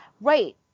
right